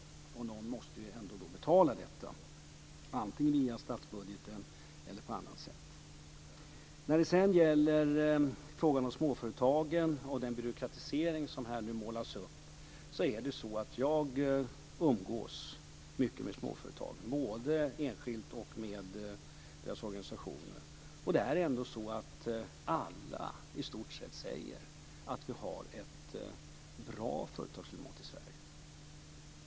Någon måste ändå betala detta, antingen via statsbudgeten eller på annat sätt. När det gäller frågan om småföretagen och den byråkratisering som här målas upp, kan jag säga att jag umgås mycket med småföretagen, både enskilt och med deras organisationer. I stort sett alla säger att vi har ett bra företagsklimat i Sverige.